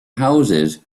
houses